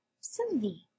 Sylvie